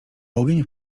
ogień